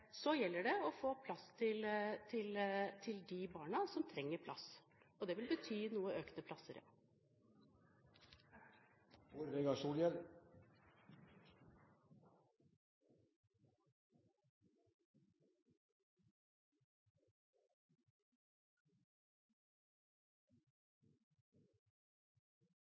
Så gjelder det å få plass til de barna som trenger plass, og ja, det vil bety flere plasser.